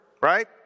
right